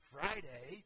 Friday